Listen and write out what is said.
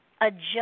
adjust